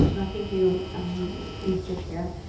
thank you mr. chair.